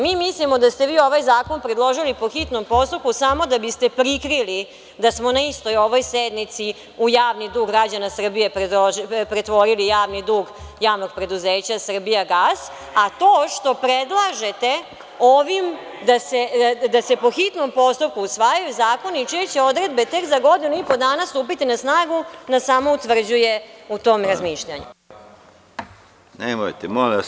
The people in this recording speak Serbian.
Mi mislimo da ste vi ovaj zakon predložili po hitnom postupku samo da biste prikrili da smo na istoj ovoj sednici u javni dug građana Srbije pretvorili javni dug Javnog preduzeća „Srbijagas“, a to što predlažete ovim da se po hitnom postupku usvajaju zakoni čije će odredbe tek za godinu i po dana stupiti na snagu nas samo utvrđuje u tom razmišljanju. (Zoran Babić, s mesta: Kao i vi za 800 miliona.